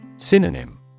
Synonym